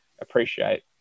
appreciate